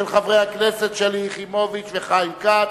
של חברי הכנסת שלי יחימוביץ וחיים כץ,